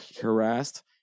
harassed